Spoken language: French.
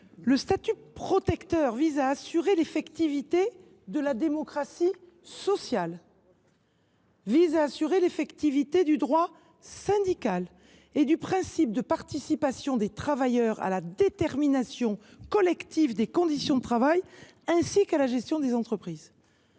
de salarié protégé vise à assurer l’effectivité de la démocratie sociale, du droit syndical et du principe de participation des travailleurs à la détermination collective des conditions de travail, ainsi qu’à la gestion des entreprises.